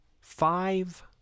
five